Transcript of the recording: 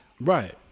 right